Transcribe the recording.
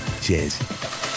Cheers